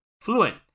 fluent